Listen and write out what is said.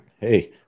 Hey